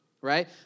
right